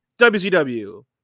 WCW